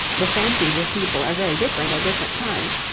the fancies of people are very different at different times,